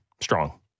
Strong